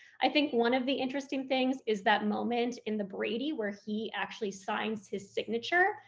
i think one of the interesting things is that moment in the brady where he actually signs his signature.